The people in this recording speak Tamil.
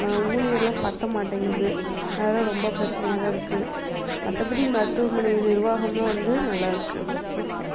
ஊழியர்லாம் பத்த மாட்டேங்குது அதலாம் ரொம்ப பிரச்சனையாக தான் இருக்குது மற்றபடி மருத்துவமனை நிர்வாகம்லாம் வந்து நல்லா இருக்குது